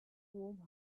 warm